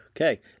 Okay